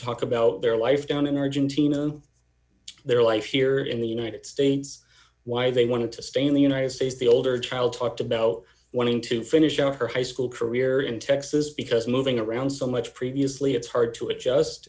talk about their life down in argentina their life here in the united states why they wanted to stay in the united states the older d child talked about wanting to finish out her high school career in texas because moving around so much previously it's hard to adjust